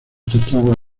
testigos